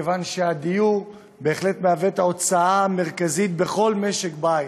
מכיוון שהוא בהחלט ההוצאה המרכזית בכל משק בית.